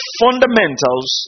fundamentals